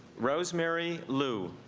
rosemary lou